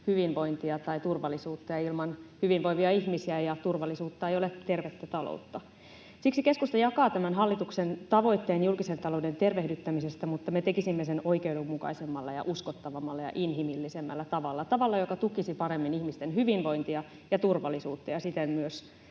hyvinvointia tai turvallisuutta, ja ilman hyvinvoivia ihmisiä ja turvallisuutta ei ole tervettä taloutta. Siksi keskusta jakaa tämän hallituksen tavoitteen julkisen talouden tervehdyttämisestä, mutta me tekisimme sen oikeudenmukaisemmalla ja uskottavammalla ja inhimillisemmällä tavalla — tavalla, joka tukisi paremmin ihmisten hyvinvointia ja turvallisuutta ja siten myös